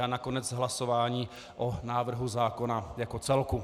A nakonec hlasování o návrhu zákona jako celku.